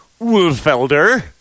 Wolfelder